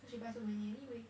cause she buy so many anyway